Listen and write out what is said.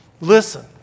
Listen